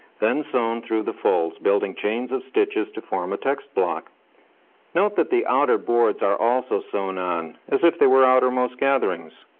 then sewn through the folds, building chains of stitches to form a text block note that the outer boards are also sewn on, as if they were outermost gatherings.